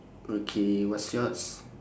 okay what's yours